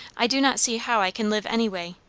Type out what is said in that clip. i do not see how i can live any way!